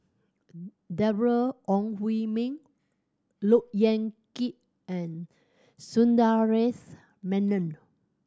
Deborah Ong Hui Min Look Yan Kit and Sundaresh Menon